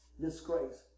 disgrace